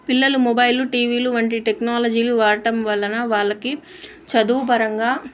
పిల్లలు మొబైలు టీవీలు వంటి టెక్నాలజీలు వాడటం వల్లన వాళ్ళకి చదువుపరంగా